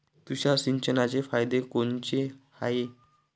तुषार सिंचनाचे फायदे कोनचे हाये?